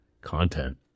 content